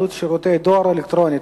ניידות שירותי דואר אלקטרוני),